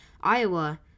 Iowa